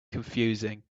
confusing